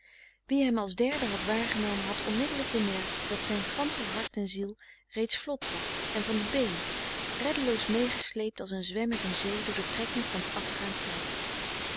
wie hem als derde had waargenomen had onmiddelijk bemerkt dat zijn gansche hart en ziel reeds vlot was en van de been reddeloos meegesleept als een zwemmer in zee door de trekking van t afgaand tij